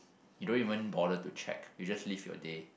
you don't even bother to check you just live your day